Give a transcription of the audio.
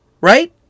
Right